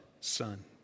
son